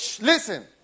listen